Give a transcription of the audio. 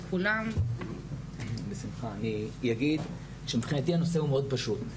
אני אגיד שמבחינתי הנושא הוא מאוד פשוט: